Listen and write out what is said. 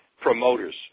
promoters